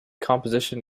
composition